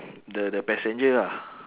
the the passenger ah